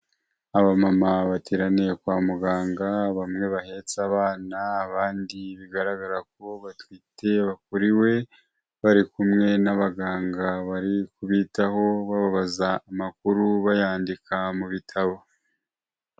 Abamama bateraniye kwa muganga bamwe bahetse abana, abandi bigaragara ko batwite bakuriwe bari kumwe n'abaganga bari kubitaho babazaza amakuru bayandika mu bitabo.